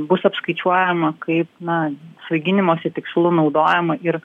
bus apskaičiuojama kaip na svaiginimosi tikslu naudojama ir